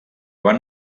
van